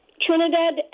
Trinidad